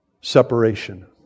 separation